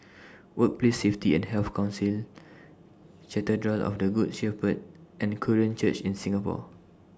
Workplace Safety and Health Council Cathedral of The Good Shepherd and Korean Church in Singapore